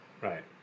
Right